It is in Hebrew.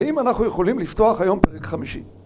האם אנחנו יכולים לפתוח היום פרק חמישי?